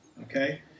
okay